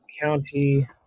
County